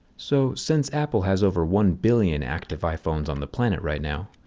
so since apple has over one billion active iphones on the planet right now,